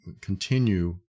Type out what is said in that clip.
continue